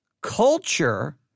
culture